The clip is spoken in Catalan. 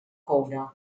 coure